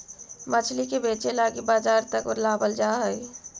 मछली के बेचे लागी बजार तक लाबल जा हई